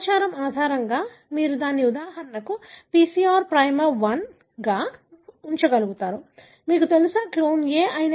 ఈ సమాచారం ఆధారంగా మీరు దానిని ఉదాహరణకు PCR ప్రైమర్ 1 గా ఉంచగలుగుతారు మీకు తెలుసా క్లోన్ A